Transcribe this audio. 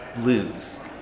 lose